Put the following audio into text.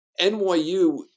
NYU